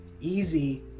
easy